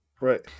Right